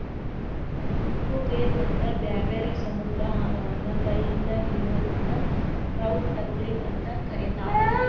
ಚಿಪ್ಪುಮೇನ ಮತ್ತ ಬ್ಯಾರ್ಬ್ಯಾರೇ ಸಮುದ್ರಾಹಾರವನ್ನ ಕೈ ಇಂದ ಹಿಡಿಯೋದನ್ನ ಟ್ರೌಟ್ ಟಕ್ಲಿಂಗ್ ಅಂತ ಕರೇತಾರ